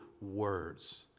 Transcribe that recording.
words